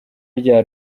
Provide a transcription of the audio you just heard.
rya